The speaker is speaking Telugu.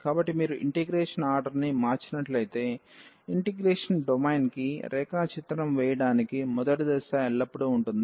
కాబట్టి మీరు ఇంటిగ్రేషన్ ఆర్డర్ని మార్చినట్లయితే ఇంటిగ్రేషన్ డొమైన్కి రేఖా చిత్రం వేయడానికి మొదటి దశ ఎల్లప్పుడూ ఉంటుంది